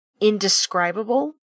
indescribable